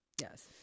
yes